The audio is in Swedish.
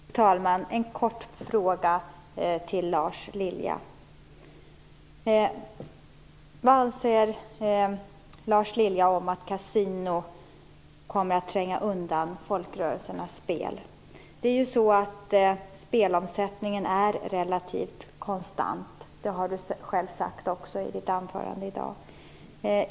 Fru talman! En kort fråga till Lars Lilja: Vad anser Lars Lilja om att kasinon kommer att tränga undan folkrörelsernas spel? Spelomsättningen är ju relativt konstant. Det har Lars Lilja själv sagt i sitt anförande i dag.